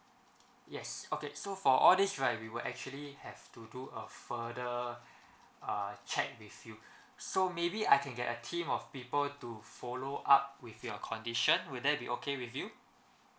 yes okay so for all this right we will actually have to do a further uh check with you so maybe I can get a team of people to follow up with your condition would that be okay with you